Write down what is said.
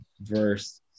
verse